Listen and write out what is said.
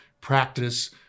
practice